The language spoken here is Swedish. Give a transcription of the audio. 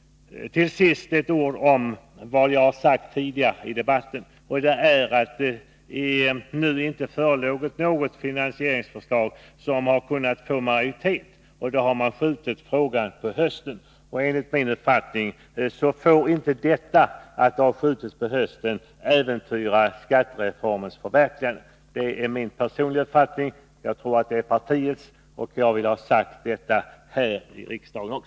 Till sist några ord om vad jag har sagt tidigare i debatten. Vad jag sade var att det inte nu föreligger något finansieringsförslag som har kunnat få majoritet. Därför har man skjutit frågan till hösten. Enligt min uppfattning får inte det faktum att finansieringsfrågan har skjutits till hösten äventyra skattereformens förverkligande. Det är min personliga uppfattning. Jag tror att det också är mitt partis uppfattning.